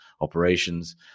operations